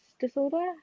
disorder